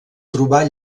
trobar